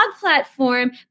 platform